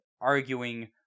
arguing